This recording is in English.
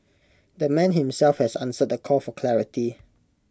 the man himself has answered the call for clarity